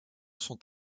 sont